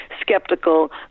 skeptical